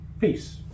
Peace